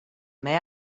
may